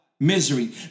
Misery